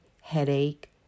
headache